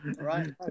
right